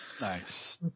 Nice